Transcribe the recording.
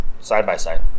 side-by-side